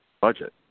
budget